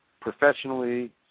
professionally